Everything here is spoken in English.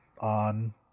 on